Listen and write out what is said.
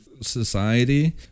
society